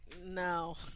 No